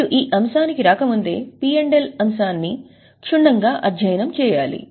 మీరు ఈ అంశానికి రాకముందే P L అంశాన్ని సరిగ్గా అధ్యయనం చేయాలి